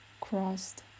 crossed